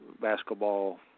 basketball